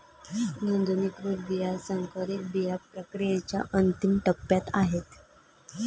नोंदणीकृत बिया संकरित बिया प्रक्रियेच्या अंतिम टप्प्यात आहेत